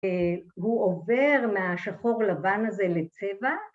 הוא עובר מהשחור לבן הזה לצבע